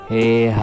Hey